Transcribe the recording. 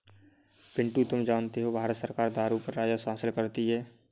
पिंटू तुम जानते हो भारत सरकार दारू पर राजस्व हासिल करती है